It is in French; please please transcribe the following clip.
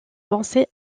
pensée